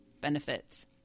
benefits